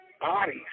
bodies